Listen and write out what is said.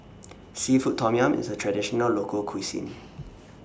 Seafood Tom Yum IS A Traditional Local Cuisine